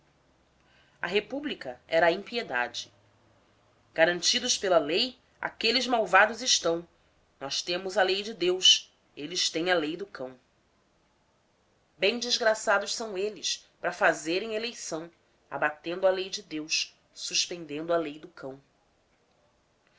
a república era a impiedade garantidos pela lei aquelles malvados estão nós temos a lei de deus elles tem a lei do cão bem desgraçados são elles pra fazerem a eleição abatendo a lei de deus suspendendo a lei do cão